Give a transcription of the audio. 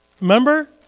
Remember